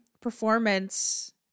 performance